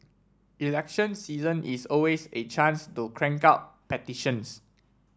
election season is always a chance to crank out petitions